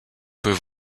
peut